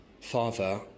Father